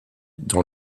dans